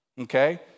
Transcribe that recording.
okay